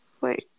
Wait